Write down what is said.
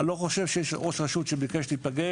אני לא חושב שיש ראש רשות שביקש להיפגש